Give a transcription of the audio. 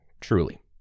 truly